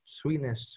sweetness